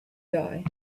die